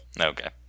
Okay